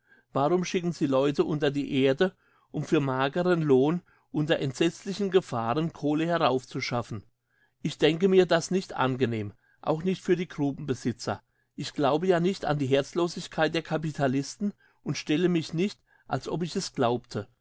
warum schicken sie leute unter die erde um für mageren lohn unter entsetzlichen gefahren kohle heraufzuschaffen ich denke mir das nicht angenehm auch nicht für die grubenbesitzer ich glaube ja nicht an die herzlosigkeit der capitalisten und stelle mich nicht als ob ich es glaubte